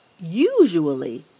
usually